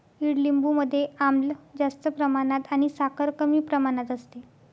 ईडलिंबू मध्ये आम्ल जास्त प्रमाणात आणि साखर कमी प्रमाणात असते